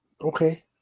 Okay